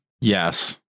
Yes